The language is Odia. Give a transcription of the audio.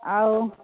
ଆଉ